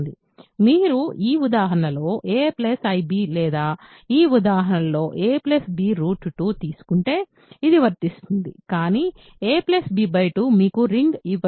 మీరు ఈ ఉదాహరణలో a i b లేదా ఈ ఉదాహరణలోa b 2 తీసుకుంటే ఇది వర్తిస్తుంది కానీ a b 2 మీకు రింగ్ ఇవ్వదు